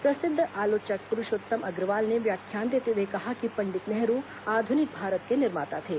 प्रसिद्व आलोचक पुरूषोत्तम अग्रवाल ने व्याख्यान देते हुए कहा कि पंडित नेहरू आधुनिक भारत के निर्माता थे